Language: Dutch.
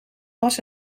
bas